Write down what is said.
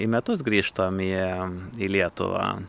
į metus grįžtam į į lietuvą